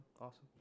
awesome